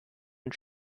und